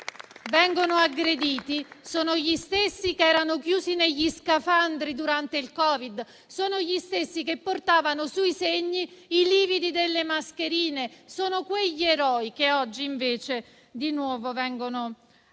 vengono aggrediti sono gli stessi che erano chiusi negli scafandri durante il Covid, sono gli stessi che portavano sul viso i lividi delle mascherine; quegli eroi oggi invece vengono di nuovo aggrediti.